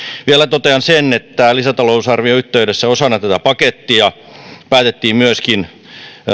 vielä totean sen että lisätalousarvion yhteydessä osana tätä pakettia päätettiin myöskin